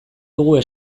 dugu